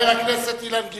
חבר הכנסת אילן גילאון.